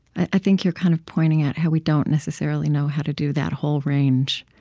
i think you're kind of pointing at how we don't necessarily know how to do that whole range